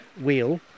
wheel